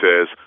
says